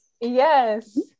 Yes